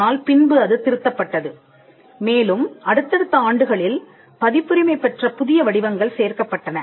ஆனால் பின்பு அது திருத்தப்பட்டது மேலும் அடுத்தடுத்த ஆண்டுகளில் பதிப்புரிமை பெற்ற புதிய வடிவங்கள் சேர்க்கப்பட்டன